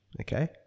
Okay